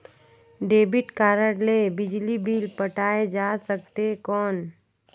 Debit card ले बिजली bill पटाय जा सकथे कौन?